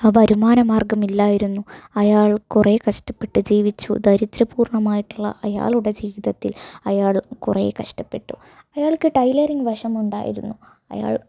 ആ വരുമാന മാർഗം ഇല്ലായിരുന്നു അയാൾ കുറേ കഷ്ടപ്പെട്ട് ജീവിച്ചു ദരിദ്രപൂർണമായിട്ടുള്ള അയാളുടെ ജീവിതത്തിൽ അയാൾ കുറേ കഷ്ടപ്പെട്ടു അയാൾക്ക് ടൈലറിങ്ങ് വശമുണ്ടായിരുന്നു അയാൾ